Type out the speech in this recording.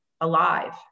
alive